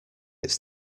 its